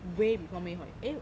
way before may holi~ eh